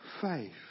faith